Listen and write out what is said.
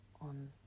on